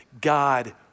God